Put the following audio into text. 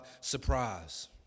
surprise